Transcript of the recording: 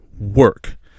work